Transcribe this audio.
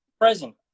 present